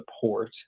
support